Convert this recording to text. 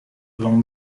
along